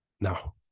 Now